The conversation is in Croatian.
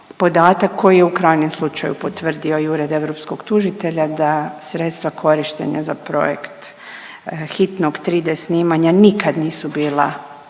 podatak koji je u krajnjem slučaju potvrdio i Ured europskog tužitelja da sredstva korištenja za projekt hitnog 3D snimanja nikad nisu bila